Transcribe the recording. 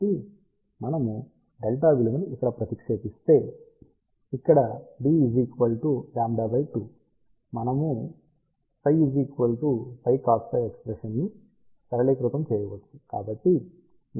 కాబట్టి మనము విలువని ఇక్కడ ప్రతిక్షేపిస్తే ఇక్కడ మనము ψ π cos ϕ ఎక్స్ప్రెషన్ ని సరళీకృతం చేయవచ్చు